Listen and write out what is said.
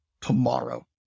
tomorrow